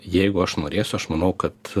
jeigu aš norėsiu aš manau kad